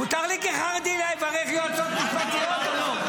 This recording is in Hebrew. מותר לי כחרדי לברך יועצות משפטיות או לא?